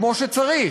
כמו שצריך.